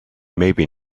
maybe